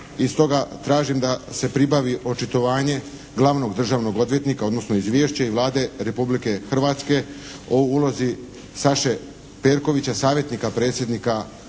I stoga tražim da se pribavi očitovanje Glavnog državnog odvjetnika odnosno izvješće i Vlade Republike Hrvatske o ulozi Saše Perkovića, savjetnika Predsjednika Mesića